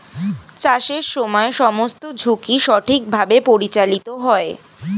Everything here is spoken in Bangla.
চাষের সময় সমস্ত ঝুঁকি সঠিকভাবে পরিচালিত হয়